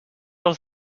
als